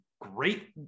great